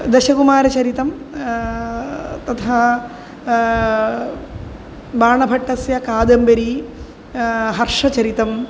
दशकुमारचरितं तथा बाणभट्टस्य कादम्बरी हर्षचरितं